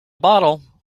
bottle